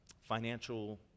financial